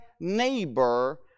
neighbor